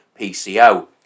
PCO